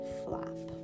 flap